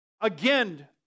again